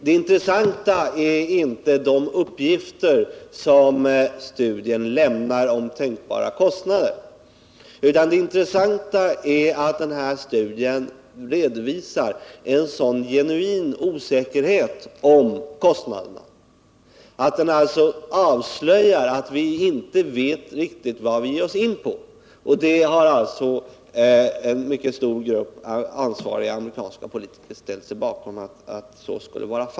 Det intressanta är inte de uppgifter som studien lämnar om tänkbara kostnader, utan det intressanta är att denna studie redovisar en sådan genuin osäkerhet om kostnaderna och sålunda avslöjar att vi inte riktigt vet vad vi ger oss in på. Att så är fallet har en mycket stor grupp amerikanska politiker ställt sig bakom.